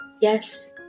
yes